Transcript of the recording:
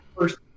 first